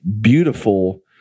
beautiful